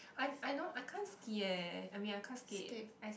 I I know I can't ski eh I mean I can't ski